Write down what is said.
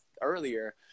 earlier